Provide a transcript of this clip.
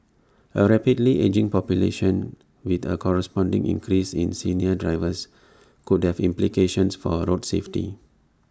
A rapidly ageing population with A corresponding increase in senior drivers could have implications for road safety